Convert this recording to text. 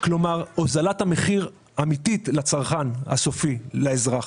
מה שיגרום להוזלת המחיר לצרכן הסופי, לאזרח.